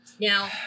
Now